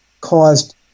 caused